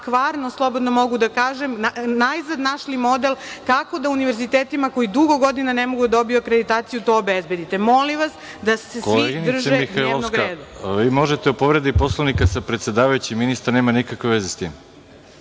kvarno, slobodno mogu da kažem, najzad našli model kako da univerzitetima koji dugo godina ne mogu da dobiju akreditaciju to obezbedite. Molim vas da se svi drže dnevnog reda. **Đorđe Milićević** Koleginice Mihajlovska, vi možete o povredi Poslovnika sa predsedavajućim, ministar nema nikakve veze sa tim.